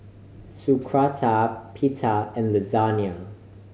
Sauerkraut Pita and Lasagna